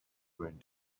going